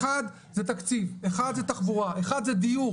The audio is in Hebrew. א' זה תקציב, ב' זה תחבורה, ג' זה דיור.